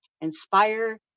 inspire